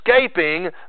escaping